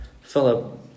Philip